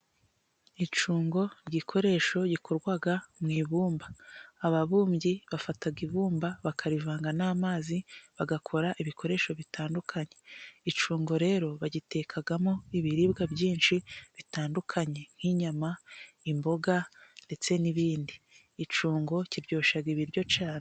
Icyungo igikoresho gikorwa mu ibumba ababumbyi bafata ibumba bakarivanga n'amazi bagakora ibikoresho bitandukanye. Icyungo rero bagitekamo ibiribwa byinshi bitandukanye nk'inyama, imboga ndetse n'ibindi. Icyungo kiryoshya ibiryo cyane.